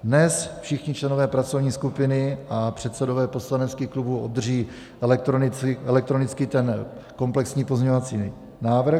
Dnes všichni členové pracovní skupiny a předsedové poslaneckých klubů obdrží elektronicky ten komplexní pozměňovací návrh.